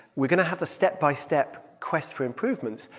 we're going to have the step-by-step quest for improvements,